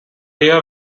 year